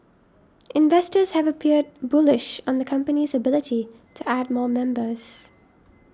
investors have appeared bullish on the company's ability to add more members